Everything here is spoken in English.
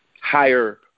higher